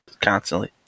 constantly